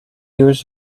use